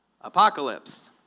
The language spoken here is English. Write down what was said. Apocalypse